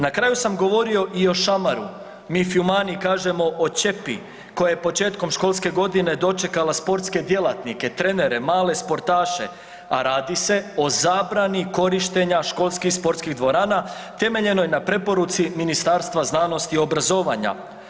Na kraju sam govorio i o šamaru, mi filmani kažemo oćepi koja je početkom školske godine dočekala sportske djelatnike, trenere, male sportaše, a radi se o zabrani korištenja školskih sportskih dvorana, temeljenoj na preporuci Ministarstva znanosti i obrazovanja.